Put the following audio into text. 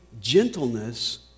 gentleness